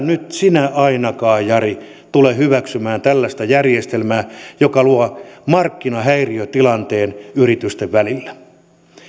nyt sinä ainakaan jari tule hyväksymään tällaista järjestelmää joka luo markkinahäiriötilanteen yritysten välillä